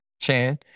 Chan